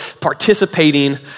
participating